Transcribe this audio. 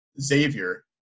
Xavier